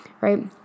right